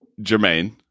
Jermaine